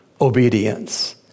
obedience